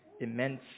immense